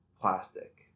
plastic